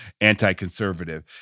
anti-conservative